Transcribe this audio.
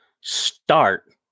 start